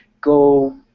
go